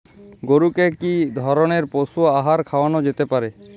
গরু কে কি ধরনের পশু আহার খাওয়ানো যেতে পারে?